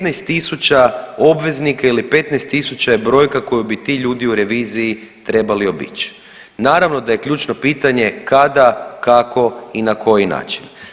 15 tisuća obveznika ili 15 tisuća je brojka koju bi ti ljudi u reviziji trebali obić, naravno da je ključno pitanje kada, kako i na koji način.